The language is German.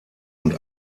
und